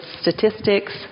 statistics